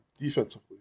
defensively